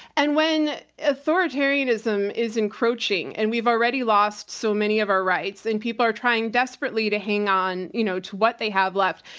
and when authoritarianism is encroaching, and we've already lost so many of our rights and people are trying desperately to hang on you know to what they have left.